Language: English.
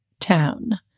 town